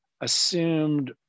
assumed